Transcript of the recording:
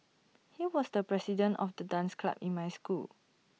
he was the president of the dance club in my school